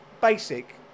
basic